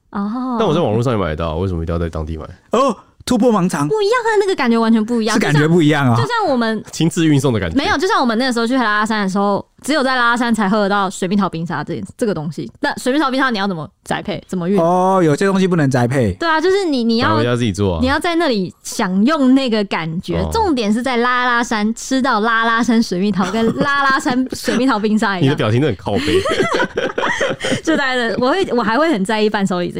哦。但我在网络上也买得到，为什么一定要在当地买？哦，突破盲肠。不一样啊，那个感觉完全不一样，是感觉就像-不一样啊。就像我们-亲自运送的感觉。没有，就像我们那个时候去拉拉山的时候，只有在拉拉山才喝得到水蜜桃冰沙这- 这个东西。那水蜜桃冰沙你要怎么宅配？怎么运？哦，有些东西不能宅配。对啊，就是你- 你拿要-回家自己做啊。你要在那里享用那个感觉，哦。重点是在拉拉山吃到拉拉山水蜜桃，跟拉拉山水蜜桃冰沙一样。 你的表情都很靠背。 就大家的，我会- 我还会很在意伴手礼这件